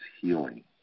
healing